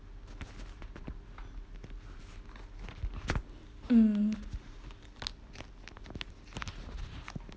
mm